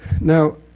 Now